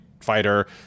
fighter